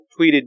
tweeted